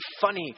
funny